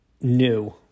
new